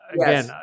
again